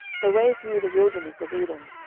the way through the wilderness of edom.